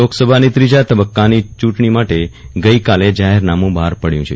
લોકસભાની ત્રીજા તબક્કાની ચ્રૂંટણી માટે ગઈકાલ જાહેરનામું બહાર પડ્યું છે